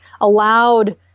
allowed